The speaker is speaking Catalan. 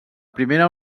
primera